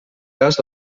cas